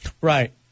Right